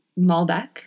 Malbec